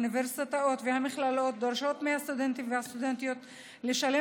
האוניברסיטאות והמכללות דורשות מהסטודנטים ומהסטודנטיות לשלם